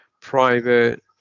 private